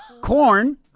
corn